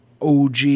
OG